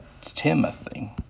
Timothy